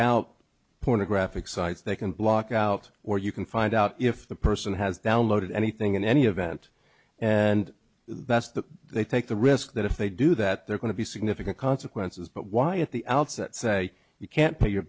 out pornographic sites they can block out or you can find out if the person has downloaded anything in any event and that's that they take the risk that if they do that they're going to be significant consequences but why at the outset say you can't pay your